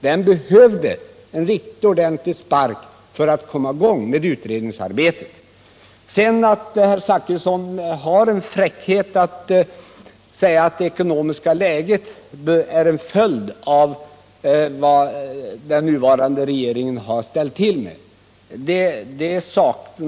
Den behövde en riktigt ordentlig spark för att komma i gång med utredningsarbetet. Herr Zachrisson har fräckheten att säga att det ekonomiska läget är en följd av vad den nuvarande regeringen har ställt till med.